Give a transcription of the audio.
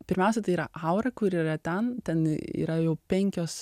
pirmiausia tai yra aura kuri yra ten ten yra jau penkios